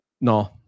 no